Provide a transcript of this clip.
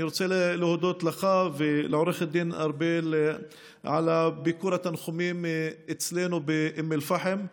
אני רוצה להודות לך ולעו"ד ארבל על ביקור התנחומים אצלנו באום אל-פחם.